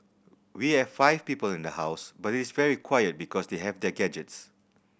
we have five people in the house but it is very quiet because they have their gadgets